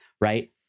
right